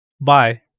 Bye